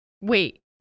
wait